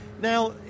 Now